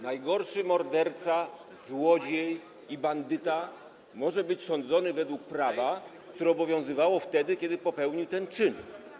Najgorszy morderca, złodziej i bandyta może być sądzony według prawa, które obowiązywało wtedy, kiedy popełnił ten czyn.